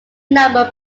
number